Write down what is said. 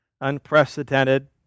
unprecedented